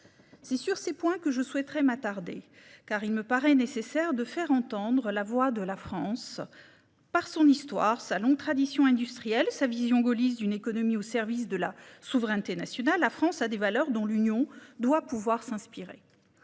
C'est sur ces points que je souhaite m'attarder, car il me paraît nécessaire de faire entendre la voix de la France. Par son histoire, sa longue tradition industrielle et sa vision gaulliste d'une économie au service de la souveraineté nationale, la France a des valeurs dont l'Union européenne doit pouvoir s'inspirer.